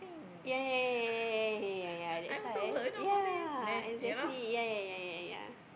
ya ya ya ya ya ya ya ya ya that why ya exactly ya ya ya ya ya